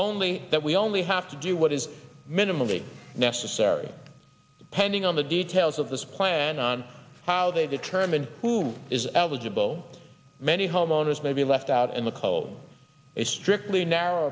that we only have to do what is minimally necessary pending on the details of this plan on how they determine who is eligible many homeowners may be left out in the cold a strictly narrow